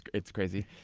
it's crazy.